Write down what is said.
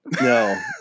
No